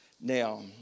Now